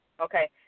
okay